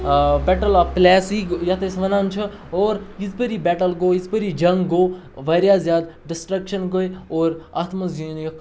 battle of policy یَتھ أسۍ وَنان چھِ اور یِژ پھِرِ یہِ بٮ۪ٹٕل گوٚو یِژ پھِر یہِ جنٛگ گوٚو واریاہ زیادٕ ڈِسٹرٛٮ۪کشَن گٔے اور اَتھ منٛز زیٖنییوکھ